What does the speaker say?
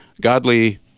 godly